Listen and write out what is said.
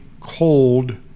cold